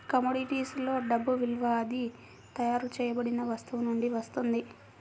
commodities లో డబ్బు విలువ అది తయారు చేయబడిన వస్తువు నుండి వస్తుంది